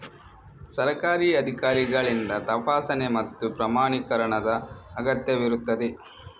ಸರ್ಕಾರಿ ಅಧಿಕಾರಿಗಳಿಂದ ತಪಾಸಣೆ ಮತ್ತು ಪ್ರಮಾಣೀಕರಣದ ಅಗತ್ಯವಿರುತ್ತದೆ